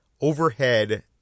overhead